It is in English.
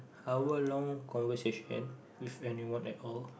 hour long conversation with anyone at all